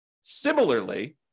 Similarly